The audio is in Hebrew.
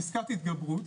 פסקת התגברות,